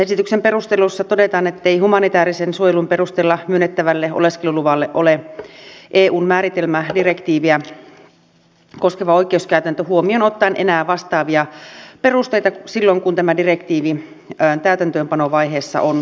esityksen perusteluissa todetaan ettei humanitäärisen suojelun perusteella myönnettävälle oleskeluluvalle ole eun määritelmädirektiiviä koskeva oikeuskäytäntö huomioon ottaen enää vastaavia perusteita kuin silloin tämän direktiivin täytäntöönpanovaiheessa on arvioitu